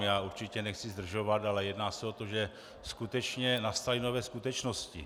Já určitě nechci zdržovat, ale jedná se o to, že skutečně nastaly nové skutečnosti.